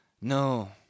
No—